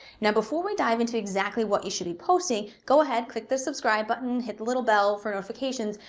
now before we dive into exactly what you should be posting, go ahead, click the subscribe button, hit the little bell for notifications,